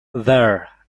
there